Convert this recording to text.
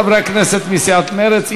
חברי כנסת מסיעת מרצ.